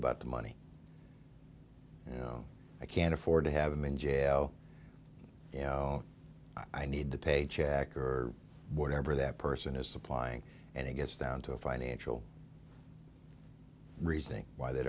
about the money and i can't afford to have him in jail you know i need the paycheck or whatever that person is supplying and it gets down to a financial reason why they